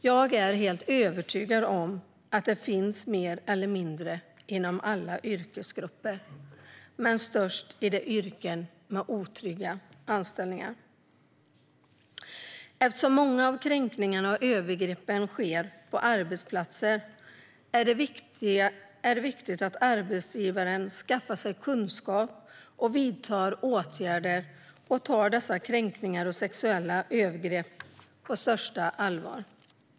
Jag är helt övertygad om att detta förekommer mer eller mindre inom alla yrkesgrupper, men mest i de yrkesgrupper som har otrygga anställningar. Eftersom många av kränkningarna och övergreppen sker på arbetsplatser är det viktigt att arbetsgivaren skaffar sig kunskap, vidtar åtgärder och tar dessa kränkningar och sexuella övergrepp på största allvar.